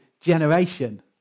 generation